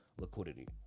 liquidity